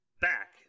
back